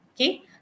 okay